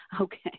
Okay